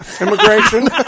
Immigration